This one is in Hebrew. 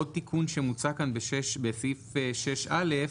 עוד תיקון שמוצע בסעיף 6א,